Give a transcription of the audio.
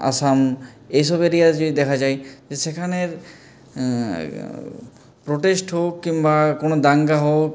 আসাম এইসব এরিয়ায় যদি দেখা যায় যে সেখানের প্রোটেস্ট হোক কিংবা কোনো দাঙ্গা হোক